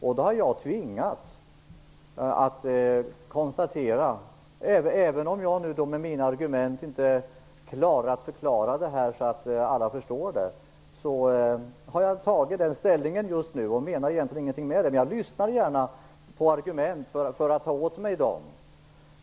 Jag har tvingats att konstatera detta. Även om jag med mina argument inte klarat av att förklara detta så att alla förstår det har jag nu den inställningen, och jag menar egentligen ingenting med det. Jag lyssnar gärna på argument för att ta åt mig dem.